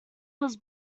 was